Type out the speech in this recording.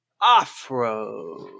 Off-Road